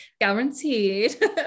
Guaranteed